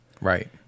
Right